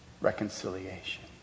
Reconciliation